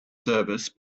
service